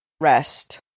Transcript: rest